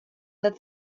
that